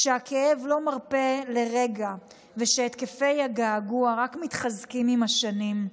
שהכאב לא מרפה לרגע ושהתקפי הגעגוע רק מתחזקים עם השנים.